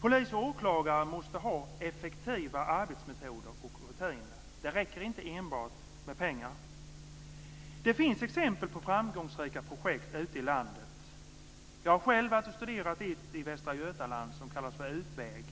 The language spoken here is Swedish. Polis och åklagare måste ha effektiva arbetsmetoder och rutiner. Det räcker inte enbart med pengar. Det finns exempel på framgångsrika projekt ute i landet. Jag har själv varit och studerat ett i Västra Götaland som kallas för Utväg.